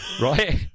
Right